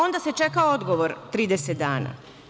Onda se čeka odgovor 30 dana.